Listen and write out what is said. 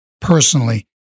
personally